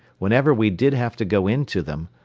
whenever we did have to go into them,